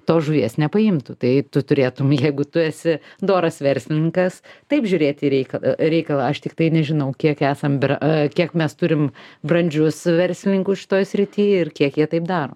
tos žuvies nepaimtų tai tu turėtum jeigu tu esi doras verslininkas taip žiūrėt į reik reikalą aš tiktai nežinau kiek esam biur kiek mes turim brandžius verslininkus šitoj srity ir kiek jie taip daro